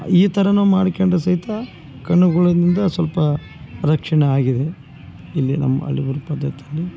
ಈ ಥರ ಮಾಡ್ಕೊಂಡ್ರೆ ಸಹಿತ ಕಣ್ಣುಗಳಿಂದ ಸ್ವಲ್ಪ ರಕ್ಷಣೆ ಆಗಿದೆ ಇಲ್ಲಿ ನಮ್ಮ ಹಳ್ಳಿಗಳ ಪದ್ಧತಿಯಲ್ಲಿ